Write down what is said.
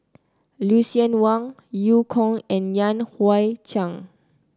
Lucien Wang Eu Kong and Yan Hui Chang